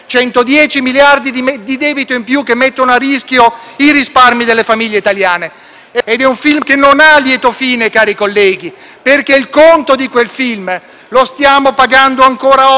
110 miliardi di debito in più che mettono a rischio i risparmi delle famiglie italiane. È un film già visto negli anni Ottanta, che non ha un lieto fine, cari colleghi, perché il conto di quel film lo stiamo pagando ancora oggi e dovremmo evitare di ripetere gli errori del passato.